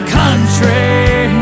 country